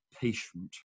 patient